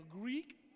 Greek